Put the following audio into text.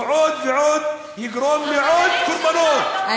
הוא יגרום לעוד ועוד קורבנות,